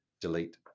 delete